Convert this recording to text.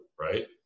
Right